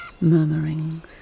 murmurings